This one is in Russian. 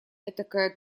этакое